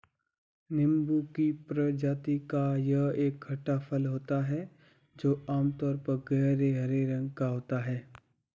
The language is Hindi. नींबू की प्रजाति का यह एक खट्टा फल होता है जो आमतौर पर गहरे हरे रंग का होता है